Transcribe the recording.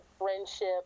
friendship